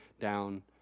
down